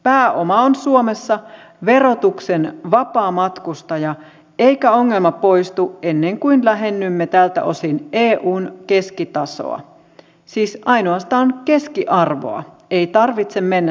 pääoma on suomessa verotuksen vapaamatkustaja eikä ongelma poistu ennen kuin lähennymme tältä osin eun keskitasoa siis ainoastaan keskiarvoa ei tarvitse mennä sinne huipulle